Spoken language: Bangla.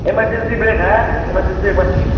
এমার্জেন্সি বেল হ্যাঁ এমার্জেন্সি বেল পাচ্ছি